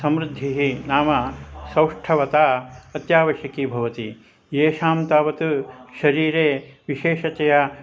समृद्धिः नाम सौष्ठवता अत्यावश्यकी भवति येषां तावत् शरीरे विशेषतया